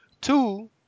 Two